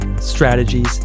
strategies